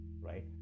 right